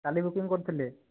କାଲି ବୁକିଂ କରିଥିଲେ